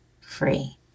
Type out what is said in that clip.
free